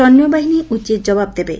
ସୈନ୍ୟବାହିନୀ ଉଚିତ ଜବାବ ଦେବେ